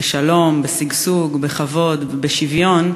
בשלום, בשגשוג, בכבוד ובשוויון,